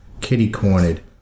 kitty-cornered